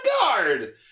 guard